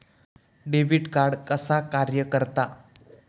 Debit card कसा कार्य करता?